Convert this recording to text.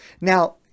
Now